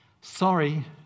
Sorry